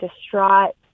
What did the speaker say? distraught